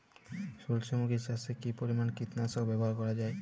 সূর্যমুখি চাষে কি পরিমান কীটনাশক ব্যবহার করা যায়?